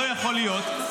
לא יכול להיות,